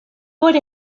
por